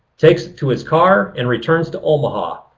takes it to his car, and returns to omaha.